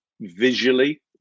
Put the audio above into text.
visually